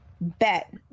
Bet